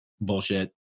bullshit